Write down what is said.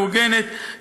מאורגנת,